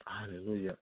Hallelujah